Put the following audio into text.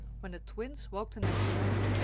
when the twins woke the next morning,